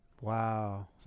Wow